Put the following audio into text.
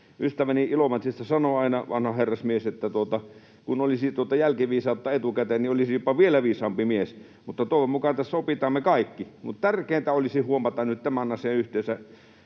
Ystäväni Ilomantsista, vanha herrasmies, sanoo aina, että kun olisi tuota jälkiviisautta etukäteen, niin olisinpa vielä viisaampi mies. Mutta toivon mukaan tässä opitaan me kaikki. Tärkeintä olisi huomata nyt tämän asian yhteydessä